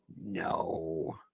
No